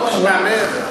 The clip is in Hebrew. לא משעמם?